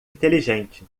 inteligente